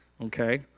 Okay